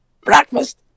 Breakfast